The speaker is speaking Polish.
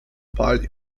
pali